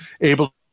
able